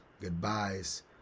goodbyes